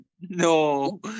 No